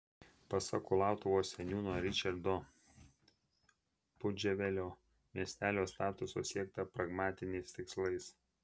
pasak kulautuvos seniūno ričardo pudževelio miestelio statuso siekta pragmatiniais tikslais